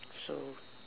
so